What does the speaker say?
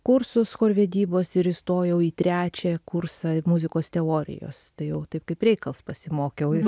kursus chorvedybos ir įstojau į trečią kursą muzikos teorijos tai jau taip kaip reikals pasimokiau